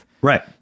Right